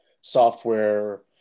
software